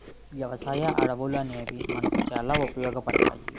వ్యవసాయ అడవులనేవి మనకు చాలా ఉపయోగపడతాయి